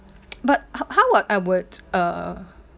but how how would I would uh